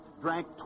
drank